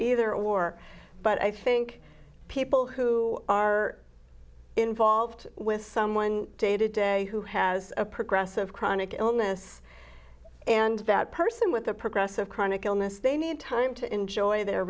either or but i think people who are involved with someone day to day who has a progressive chronic illness and that person with a progressive chronic illness they need time to enjoy their